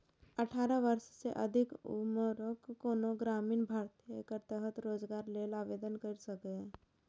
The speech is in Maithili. अठारह वर्ष सँ अधिक उम्रक कोनो ग्रामीण भारतीय एकर तहत रोजगार लेल आवेदन कैर सकैए